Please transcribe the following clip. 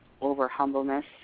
over-humbleness